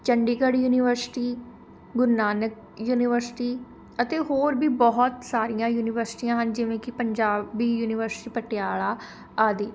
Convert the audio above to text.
Chandigarh university Guru Nanak university ਅਤੇ ਹੋਰ ਵੀ ਬਹੁਤ ਸਾਰੀਆਂ ਯੂਨੀਵਰਸ਼ਿਟੀਆਂ ਹਨ ਜਿਵੇਂ ਕਿ ਪੰਜਾਬੀ ਯੂਨੀਵਰਸ਼ਿਟੀ ਪਟਿਆਲਾ ਆਦਿ